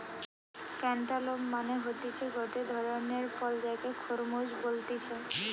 cantaloupe মানে হতিছে গটে ধরণের ফল যাকে খরমুজ বলতিছে